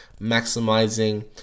maximizing